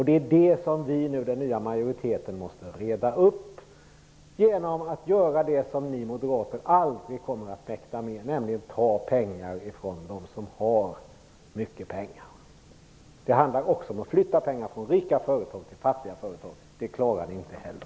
Det är det som den nya majoriteten nu måste reda upp genom att göra det som ni moderater aldrig kommer att mäkta göra, nämligen ta pengar från dem som har mycket pengar. Det handlar också om att flytta pengar från rika företag till fattiga företag. Det klarar ni inte heller!